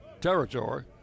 territory